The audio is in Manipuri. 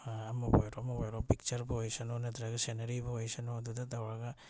ꯑꯃꯕꯨ ꯑꯣꯏꯔꯣ ꯑꯃ ꯑꯣꯏꯔꯣ ꯄꯤꯛꯆꯔꯕꯨ ꯑꯣꯏꯁꯅꯨ ꯅꯠꯇ꯭ꯔꯒ ꯁꯤꯟꯅꯔꯤꯕꯨ ꯑꯣꯏꯁꯅꯨ ꯑꯗꯨꯗ ꯇꯧꯔꯒ